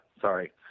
Sorry